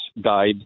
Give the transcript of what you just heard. died